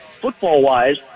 football-wise